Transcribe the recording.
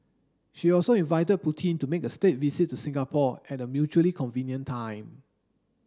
she also invited Putin to make a state visit to Singapore at a mutually convenient time